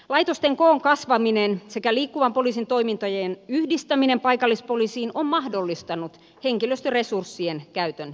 laitosten koon kasvaminen sekä liikkuvan poliisin toimintojen yhdistäminen paikallispoliisiin on mahdollistanut henkilöstöresurssien käytön tehostamisen